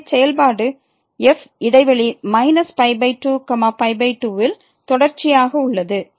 எனவே செயல்பாடு f இடைவெளி 22யில் தொடர்ச்சியாக உள்ளது